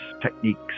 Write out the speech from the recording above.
techniques